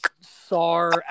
Sar